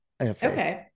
Okay